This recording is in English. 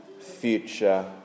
future